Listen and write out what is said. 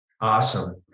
Awesome